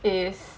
is